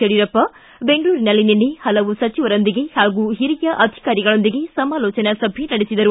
ಯಡಿಯೂರಪ್ಪ ಬೆಂಗಳೂರಿನಲ್ಲಿ ನಿನ್ನೆ ಹಲವು ಸಚಿವರೊಂದಿಗೆ ಹಾಗೂ ಹಿರಿಯ ಅಧಿಕಾರಿಗಳೊಂದಿಗೆ ಸಮಾಲೋಚನೆ ನಡೆಸಿದರು